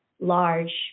large